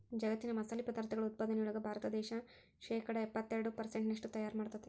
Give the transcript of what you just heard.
ಜಗ್ಗತ್ತಿನ ಮಸಾಲಿ ಪದಾರ್ಥಗಳ ಉತ್ಪಾದನೆಯೊಳಗ ಭಾರತ ದೇಶ ಶೇಕಡಾ ಎಪ್ಪತ್ತೆರಡು ಪೆರ್ಸೆಂಟ್ನಷ್ಟು ತಯಾರ್ ಮಾಡ್ತೆತಿ